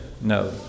no